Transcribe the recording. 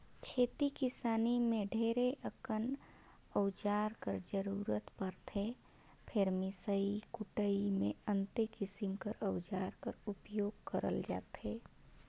खेती किसानी मे ढेरे अकन अउजार कर जरूरत परथे फेर मिसई कुटई मे अन्ते किसिम कर अउजार कर उपियोग करल जाथे